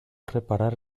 reparar